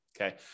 okay